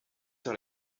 sur